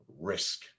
Risk